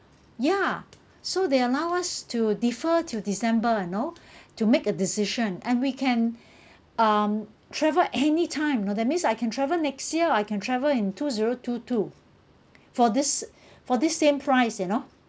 ya so they allow us to defer to december you know to make a decision and we can um travel anytime you know that means I can travel next year I can travel in two zero two two for this for this same price you know